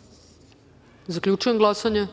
amandman. Zaključujem glasanje: